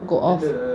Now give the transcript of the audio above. go off